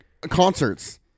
concerts